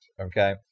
Okay